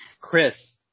Chris